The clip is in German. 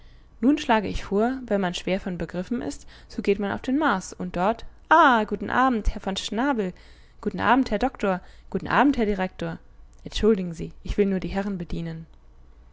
nun schlage ich vor wenn man schwer von begriffen ist so geht man auf den mars und dort ah guten abend herr von schnabel guten abend herr doktor guten abend herr direktor entschuldigen sie ich will nur die herren bedienen